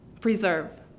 preserve